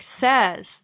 says